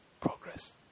progress